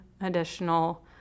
additional